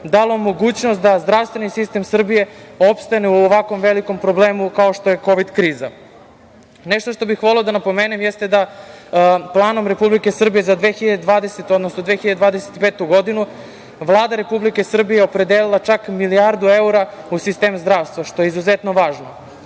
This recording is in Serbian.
dalo mogućnost da zdravstveni sistem Srbije opstane u ovako velikom problemu kao što je kovid kriza. Nešto što bih voleo da napomenem, jeste da planom Republike Srbije za 2020, odnosno 2025. godinu Vlada Republike Srbije opredelila čak milijardu evra u sistem zdravstva, što je izuzetno važno.